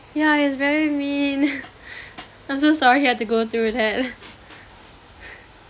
yeah it's very mean I'm so sorry you had to go through that